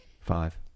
Five